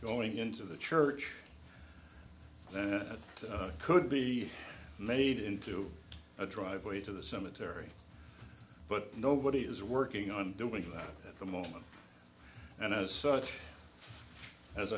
going into the church then it could be made into a driveway to the cemetery but nobody is working on doing at the moment and as such as